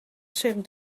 cirque